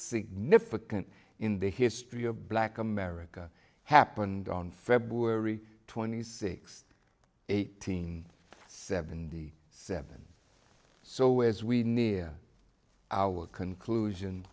significant in the history of black america happened on february twenty sixth eighteen seventy seven so as we near our conclusion